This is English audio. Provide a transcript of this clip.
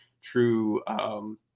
true –